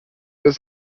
was